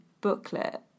booklet